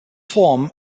form